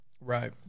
right